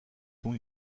dont